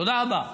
תודה רבה.